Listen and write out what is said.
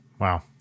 Wow